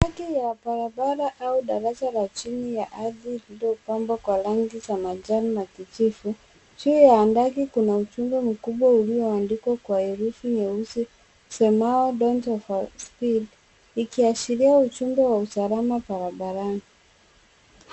Handaki ya barabara au daraja la chini ya ardhi lililopambwa kwa rangi za manjano na kijivu, juu ya handaki kuna ujumbe mkubwa ulioandikwa kwa herufi nyeusi usemao Don't Overspeed , ikiashiria ujumbe wa usalama barabarani.